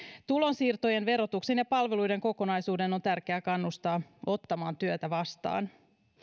tulonsiirtojen verotuksen ja palveluiden kokonaisuuden on tärkeää kannustaa ottamaan työtä vastaan